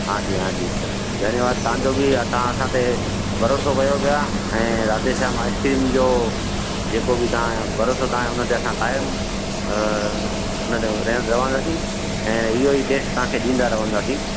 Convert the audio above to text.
हां जी हां जी धन्यवादु तव्हांजो बि तव्हां असांते भरोसो कयो पिया ऐं राधे श्याम आइस्क्रीम जो जेको बि तव्हां भरोसां तव्हां असां उनते कायम उनते रह रहंदासीं ऐं इहेई टेस्ट तव्हांखे ॾींदा रहंदासीं